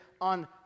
on